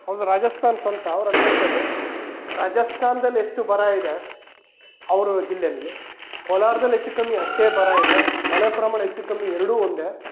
ಅವ್ರ್ದು ರಾಜಸ್ಥಾನ್ ಸ್ವಂತ ಅವ್ರು ಅಲ್ಲಿ ಹೇಳ್ತಾ ಇದ್ದರು ರಾಜಸ್ಥಾನ್ದಲ್ಲಿ ಎಷ್ಟು ಬರ ಇದೆ ಅವ್ರ ಜಿಲ್ಲೆಯಲ್ಲಿ ಕೋಲಾರ್ದಲ್ಲಿ ಹೆಚ್ಚು ಕಮ್ಮಿ ಅಷ್ಟೇ ಬರ ಇದೆ ಮಳೆ ಪ್ರಮಾಣ ಹೆಚ್ಚು ಕಮ್ಮಿ ಎರಡೂ ಒಂದೇ